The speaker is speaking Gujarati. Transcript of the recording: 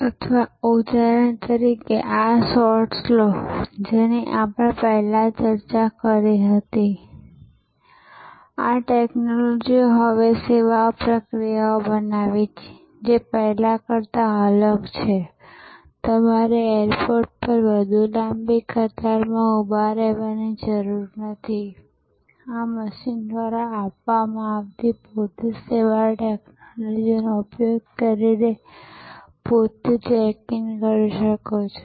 અથવા ઉદાહરણ તરીકે આ શૉટ્સ લો જેની આપણે પહેલાં ચર્ચા કરી હતી કે આ ટેક્નોલોજીઓ હવે સેવા પ્રક્રિયાઓ બનાવે છે જે પહેલા કરતા અલગ છે તમારે એરપોર્ટ પર વધુ લાંબી કતારમાં ઉભા રહેવાની જરૂર નથીઆ મશીન દ્વારા આપવામાં આવતી પોતે સેવા ટેક્નોલોજીનો ઉપયોગ કરીને તમે પોતે ચેક ઇન કરી શકો છો